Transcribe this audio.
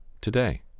today